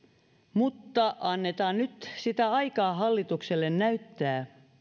mutta annetaan nyt sitä aikaa hallitukselle näyttää